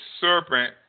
serpent